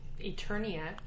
Eternia